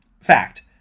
Fact